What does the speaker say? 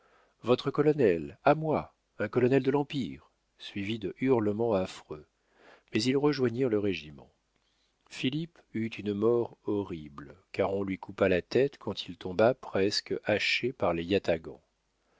votre colonel à moi un colonel de l'empire suivis de hurlements affreux mais ils rejoignirent le régiment philippe eut une mort horrible car on lui coupa la tête quand il tomba presque haché par les yatagans